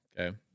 Okay